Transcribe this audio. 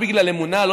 לא בגלל אמונה,